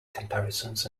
comparisons